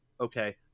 okay